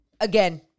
Again